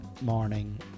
morning